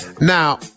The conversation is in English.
Now